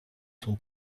son